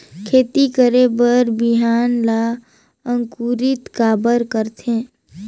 खेती करे बर बिहान ला अंकुरित काबर करथे?